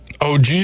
OG